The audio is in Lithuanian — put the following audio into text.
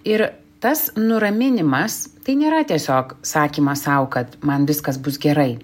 ir tas nuraminimas tai nėra tiesiog sakymas sau kad man viskas bus gerai